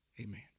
amen